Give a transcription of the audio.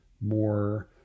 more